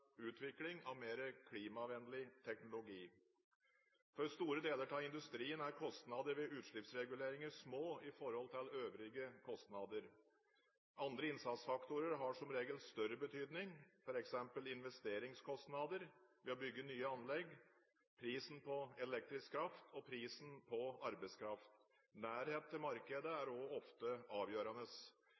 utvikling av mer klimavennlig teknologi. For store deler av industrien er kostnader ved utslippsreguleringer små i forhold til øvrige kostnader. Andre innsatsfaktorer har som regel større betydning, f.eks. investeringskostnader ved å bygge nye anlegg, prisen på elektrisk kraft og prisen på arbeidskraft. Nærhet til markedet er òg ofte avgjørende.